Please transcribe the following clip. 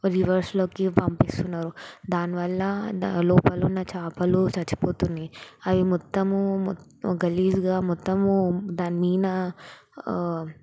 రివర్స్లోకి పంపిస్తున్నారు దాని వల్ల దా లోపలున్న చేపలు చచ్చిపోతున్నాయి అవి మొత్తమూ గలీజ్గా మొత్తము దాని మీద